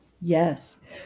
Yes